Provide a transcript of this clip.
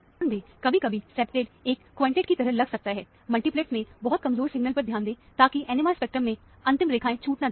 ध्यान दें कभी कभी सेप्टेट एक क्विंटेट की तरह लग सकता है मल्टीप्लेट में बहुत कमजोर सिग्नल पर ध्यान दें ताकि NMR स्पेक्ट्रम में अंतिम रेखाएं छूट ना जाए